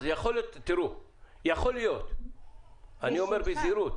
יכול להיות, אני אומר בזהירות.